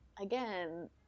again